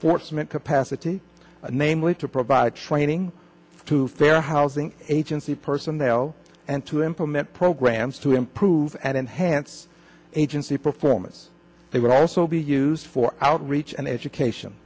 meant capacity namely to provide training to fair housing agency personnel and to implement programs to improve and enhance agency performance they would also be used for outreach and education